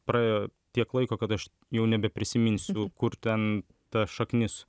praėjo tiek laiko kad aš jau nebeprisiminsiu kur ten ta šaknis